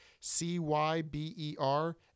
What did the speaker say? C-Y-B-E-R